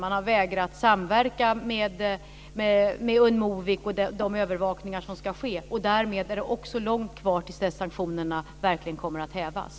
Man har vägrat att samverka med Unmovic om de övervakningar som ska ske. Därmed är det också långt kvar till dess sanktionerna verkligen kommer att hävas.